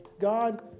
God